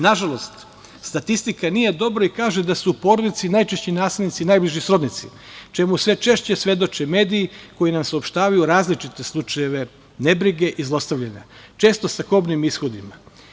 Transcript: Nažalost, statistika nije dobra i kaže da su u porodici najčešći nasilnici najbliži srodnici, čemu sve češće svedoče mediji koji nam saopštavaju različite slučajeve nebrige i zlostavljanja često sa kobnim ishodima.